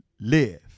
live